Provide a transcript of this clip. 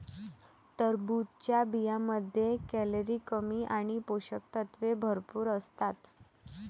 टरबूजच्या बियांमध्ये कॅलरी कमी आणि पोषक तत्वे भरपूर असतात